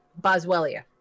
boswellia